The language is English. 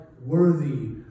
worthy